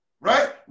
right